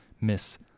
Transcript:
Miss